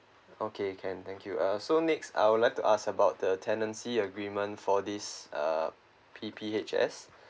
okay can thank you uh so next I would like to ask about the tenancy agreement for this uh P_P_H_S